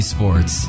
Sports